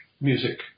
music